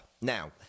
now